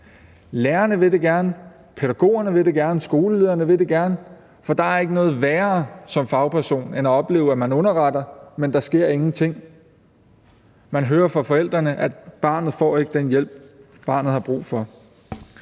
Lærerne vil det gerne, pædagogerne vil det gerne, skolelederne vil det gerne, for der er ikke noget værre som fagperson end at opleve, at man underretter, men at der ingenting sker. Man hører fra forældrene, at barnet ikke får den hjælp, barnet har brug for.